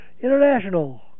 International